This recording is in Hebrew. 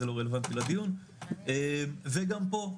זה לא רלוונטי לדיון וגם פה,